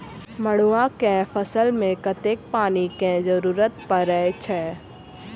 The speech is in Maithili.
मड़ुआ केँ फसल मे कतेक पानि केँ जरूरत परै छैय?